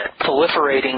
proliferating